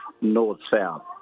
north-south